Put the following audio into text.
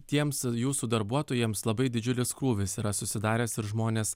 tiems jūsų darbuotojams labai didžiulis krūvis yra susidaręs ir žmonės